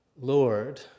Lord